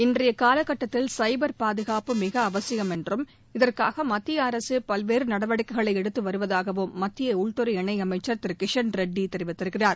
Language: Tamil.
இன்றைய கால கட்டத்தில் சைபர் பாதுகாப்பு மிக அவசியம் என்றும் இதற்காக மத்திய அரசு பல்வேறு நடவடிக்கைகளை எடுத்து வருவதாகவும் மத்திய உள்துறை இணையமைச்ச் திரு கிஷன் ரெட்டி கூறியிருக்கிறார்